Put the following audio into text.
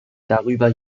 darüber